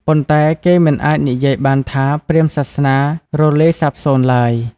ប៉ុន្តែ គេមិនអាចនិយាយបានថាព្រាហ្មណ៍សាសនារលាយសាបសូន្យឡើយ។